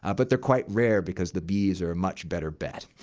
ah but they're quite rare because the bees are a much better bet.